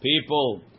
People